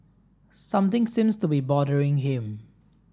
something seems to be bothering him